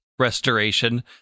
restoration